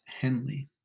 Henley